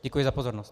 Děkuji za pozornost.